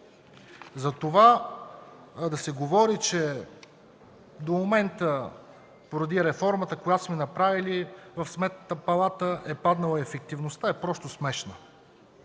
затова да се говори, че до момента, поради реформата, която сме направили, в Сметната палата е паднала ефективността, е просто смешно.